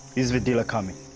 is the dealer coming?